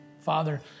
Father